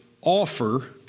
offer